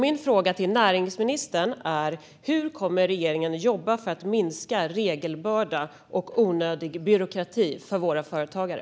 Min fråga till näringsministern är: Hur kommer regeringen att jobba för att minska regelbördan och onödig byråkrati för våra företagare?